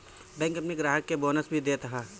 bank अपनी ग्राहक के बोनस भी देत हअ